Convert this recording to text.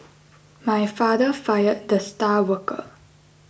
my father fired the star worker